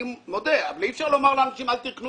אני מודה שאי אפשר לומר לאנשים שלא יקנו